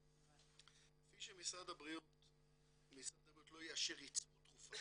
כפי שמשרד הבריאות לא יאשר ייצור תרופה